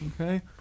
Okay